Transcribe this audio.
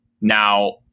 Now